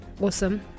awesome